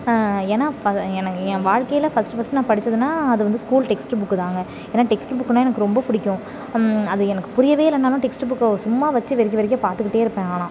ஏனால் ப என் என் வாழ்க்கையில் ஃபஸ்ட்டு ஃபஸ்ட்டு நான் படித்ததுனா அது வந்து ஸ்கூல் டெக்ஸ்ட் புக்குதாங்க ஏனால் டெக்ஸ்ட் புக்குனா எனக்கு ரொம்ப பிடிக்கும் அது எனக்கு புரியவே இல்லைனாலும் டெக்ஸ்ட் புக்கை சும்மா வச்சு வெறிக்க வெறிக்க பார்த்துக்கிட்டே இருப்பேன் ஆனால்